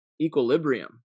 equilibrium